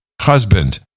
husband